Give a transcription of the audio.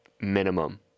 minimum